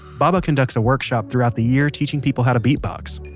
baba conducts a workshop throughout the year teaching people how to beatbox.